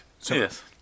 Yes